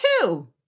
Two